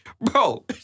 bro